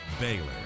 Baylor